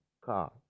car